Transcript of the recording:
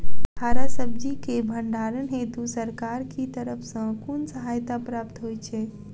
हरा सब्जी केँ भण्डारण हेतु सरकार की तरफ सँ कुन सहायता प्राप्त होइ छै?